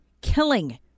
killing